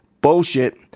Bullshit